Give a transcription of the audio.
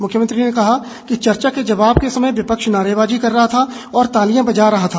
मुख्यमंत्री ने कहा कि चर्चा के जवाब के समय विपक्ष नारेबाजी कर रहा था और तालियां बजा रहा था